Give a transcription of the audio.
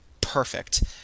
perfect